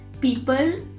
people